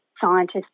scientists